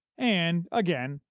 and, again,